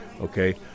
Okay